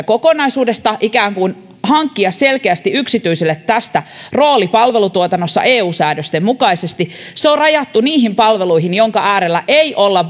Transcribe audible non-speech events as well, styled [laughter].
[unintelligible] kokonaisuudesta velvoitettava ikään kuin hankkimaan selkeästi yksityiselle rooli palvelutuotannossa eu säädösten mukaisesti tämä on rajattu niihin palveluihin jonka äärellä ei olla [unintelligible]